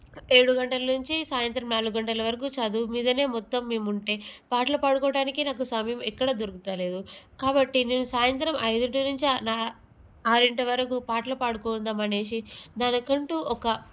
ఏడు గంటల నుంచి సాయంత్రం నాలుగు గంటల వరకు చదువు మీదనే మొత్తం మేముంటే పాటలు పాడుకోవడానికి నాకు సమయం ఎక్కడా దొరకడం లేదు కాబట్టి నేను సాయంత్రం ఐదింటి నుంచి నా ఆరింటి వరకు పాటలు పాడుకుందామని దానికంటూ ఒక